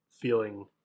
feeling